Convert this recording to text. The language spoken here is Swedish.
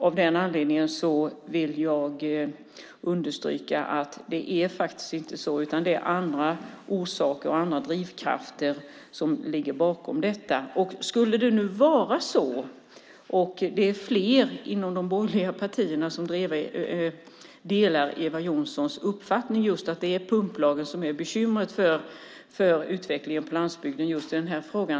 Av den anledningen vill jag understryka att det faktiskt inte är så. Det finns andra orsaker, och det är andra drivkrafter som ligger bakom detta. Det är fler inom de borgerliga partierna som delar Eva Johnssons uppfattning att det är pumplagen som är bekymret när det gäller utvecklingen på landsbygden i just den här frågan.